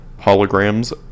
Holograms